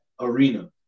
arena